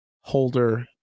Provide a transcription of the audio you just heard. holder